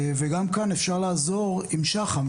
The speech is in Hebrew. וגם כאן אפשר לעזור עם שח"מ,